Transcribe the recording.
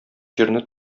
җирне